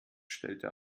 stellte